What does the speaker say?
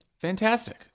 Fantastic